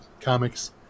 comics